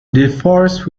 divorced